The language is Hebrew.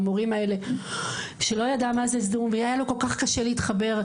מהמורים האלה שלא ידע מה זה זום והיה לו כל כך קשה להתחבר,